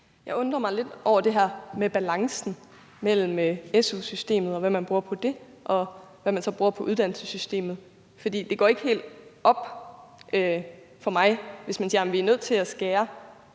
Jeg undrer mig lidt over det her med balancen mellem su-systemet, og hvad man bruger på det, og hvad man så bruger på uddannelsessystemet. For for mig går det ikke helt op, hvis man siger, at vi er nødt til at skære